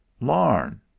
Larn